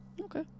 Okay